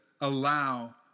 allow